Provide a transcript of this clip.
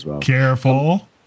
Careful